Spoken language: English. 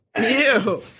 Ew